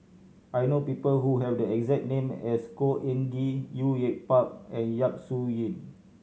I know people who have the exact name as Khor Ean Ghee Au Yue Pak and Yap Su Yin